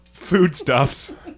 foodstuffs